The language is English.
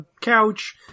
couch